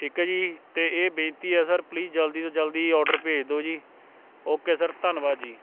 ਠੀਕ ਹੈ ਜੀ ਅਤੇ ਇਹ ਬੇਨਤੀ ਹੈ ਸਰ ਪਲੀਜ਼ ਜਲਦੀ ਤੋਂ ਜਲਦੀ ਔਡਰ ਭੇਜ ਦਿਓ ਜੀ ਓਕੇ ਸਰ ਧੰਨਵਾਦ ਜੀ